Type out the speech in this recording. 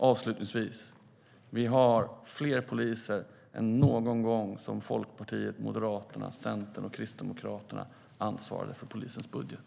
Avslutningsvis: Vi har fler poliser än någon gång som Liberalerna, Moderaterna, Centern och Kristdemokraterna ansvarade för polisens budget.